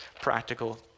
practical